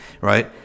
Right